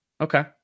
Okay